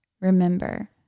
Remember